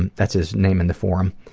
and that's his name in the forum,